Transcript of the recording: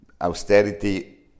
austerity